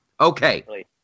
Okay